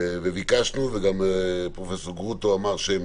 ביקשנו וגם פרופסור גרוטו אמר שהם